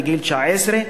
גיל 19,